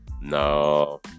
No